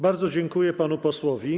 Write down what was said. Bardzo dziękuję panu posłowi.